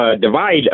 divide